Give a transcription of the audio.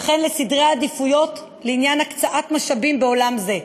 וכן בסדרי עדיפויות לעניין הקצאת משאבים בעולם זה.